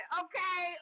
okay